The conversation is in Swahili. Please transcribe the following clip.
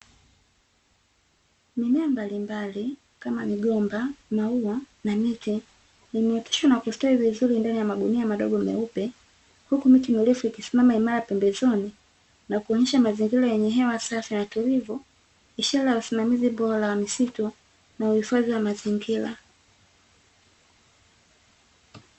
Mimea mbalimbali kama migomba, maua na miti imeoteshwa na kustawi vizuri ndani ya magunia madogo meupe, huku miti mirefu ikisimama imara pembezoni na kuonesha mazingira yenye hewa safi na tulivu ishara ya usimamizi bora wa misitu na uhifadhi wa mazingira.